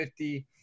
50